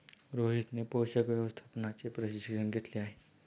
रोहितने पोषण व्यवस्थापनाचे प्रशिक्षण घेतले आहे